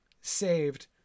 saved